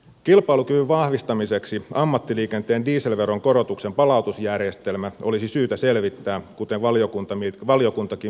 kilpailukyvyn vahvistamiseksi ammattiliikenteen dieselveron korotuksen palautusjärjestelmä olisi syytä selvittää kuten valiokuntakin mietinnössään toteaa